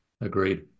Agreed